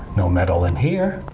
no metal in here.